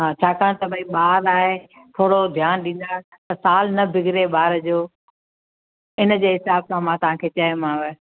हा छाकाणि त भई ॿार आहे थोरो ध्यानु ॾींदा त साल न बिगिड़े ॿार जो इनजे हिसाब सां मां तव्हांखे चयोमाव